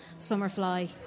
Summerfly